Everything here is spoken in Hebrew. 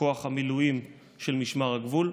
כוח המילואים של משמר הגבול,